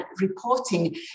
reporting